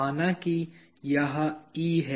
माना कि यह E है